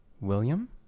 William